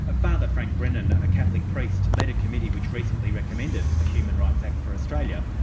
ah father frank brennan, a catholic priest, led a committee which recently recommended a human rights act for australia,